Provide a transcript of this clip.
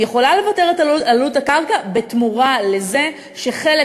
היא יכולה לבטל את עלות הקרקע בתמורה לזה שחלק